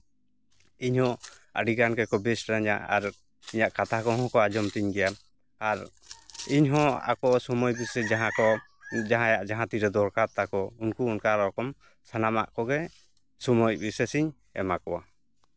ᱤᱧ ᱦᱚᱸ ᱟᱹᱰᱤ ᱜᱟᱱ ᱜᱮᱠᱚ ᱵᱮᱥᱟᱹᱧᱟᱹ ᱟᱨ ᱤᱧᱟᱹᱜ ᱠᱟᱛᱷᱟ ᱠᱚᱦᱚᱸ ᱠᱚ ᱟᱸᱡᱚᱢ ᱛᱤᱧ ᱜᱮᱭᱟ ᱟᱨ ᱤᱧ ᱦᱚᱸ ᱟᱠᱚ ᱥᱚᱢᱚᱭ ᱵᱤᱥᱮᱥ ᱡᱟᱦᱟᱸ ᱠᱚ ᱡᱟᱦᱟᱸ ᱭᱟᱜ ᱡᱟᱦᱟᱸ ᱛᱤᱨᱮ ᱫᱚᱨᱠᱟᱨ ᱛᱟᱠᱚ ᱩᱱᱠᱩ ᱚᱱᱠᱟ ᱨᱚᱠᱚᱢ ᱥᱟᱱᱟᱢᱟᱜ ᱠᱚᱜᱮ ᱥᱚᱢᱚᱭ ᱦᱤᱥᱮᱥᱤᱧ ᱮᱢᱟᱠᱚᱣᱟ